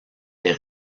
est